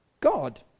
god